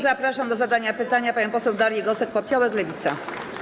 Zapraszam do zadania pytania panią poseł Darię Gosek-Popiołek, Lewica.